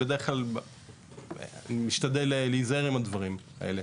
בדרך כלל משתדל להיזהר עם הדברים האלה